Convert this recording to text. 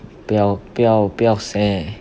不要不要不要 seh